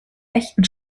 echten